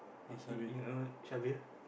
you you you know syabil